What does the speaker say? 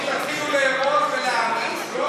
יוסי, תתחילו לארוז ולהעמיס.